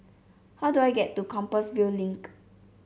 how do I get to Compassvale Link